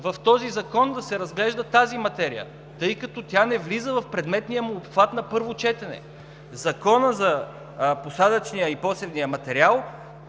в този закон да се разглежда тази материя, тъй като тя не влиза в предметния му обхват на първо четене. Законът за посадъчния и посевния материал